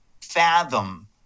fathom